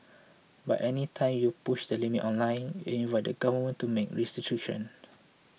but any time you push the limits online you invite the Government to make restrictions